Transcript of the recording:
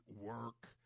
work